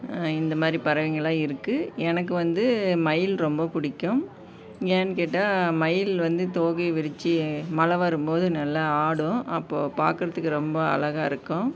இந்த மாதிரி பறவைங்கள்லாம் இருக்குது எனக்கு வந்து மயில் ரொம்ப பிடிக்கும் ஏன்னு கேட்டால் மயில் வந்து தோகையை விரிச்சு மழை வரும்போது நல்லா ஆடும் அப்போது பார்க்கறதுக்கு ரொம்ப அழகா இருக்கும்